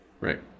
right